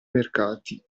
mercati